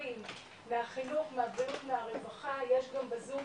מהחינוך הבריאות והרווחה יש גם בזום